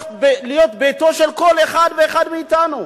להיות ביתו של כל אחד ואחד מאתנו.